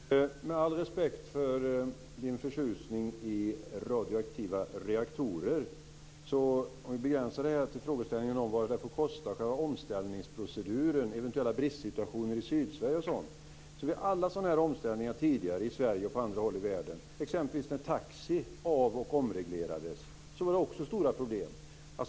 Fru talman! Med all respekt för Ewa Thalén Finnés förtjusning i radioaktiva reaktorer ska jag begränsa frågeställningen till kostnaden för omställningsproceduren, eventuella bristsituationer i Sydsverige och sådant. Vid alla omställningar tidigare i Sverige och på andra håll i världen - det gäller t.ex. av och omregleringen av taxinäringen - har det också varit stora problem.